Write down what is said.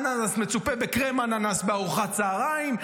אננס מצופה בקרם אננס בארוחת צוהריים,